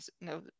no